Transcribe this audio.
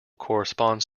corresponds